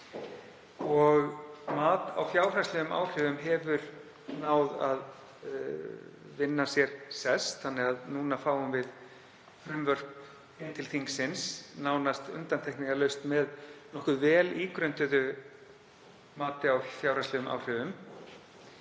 Mat á fjárhagslegum áhrifum hefur náð að vinna sér sess þannig að nú fáum við frumvörp til þingsins nánast undantekningarlaust með nokkuð vel ígrunduðu mati á fjárhagslegum áhrifum,